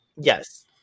Yes